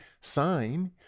sign